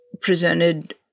presented